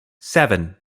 seven